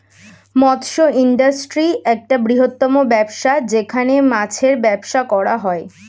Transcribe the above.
মৎস্য ইন্ডাস্ট্রি একটা বৃহত্তম ব্যবসা যেখানে মাছের ব্যবসা করা হয়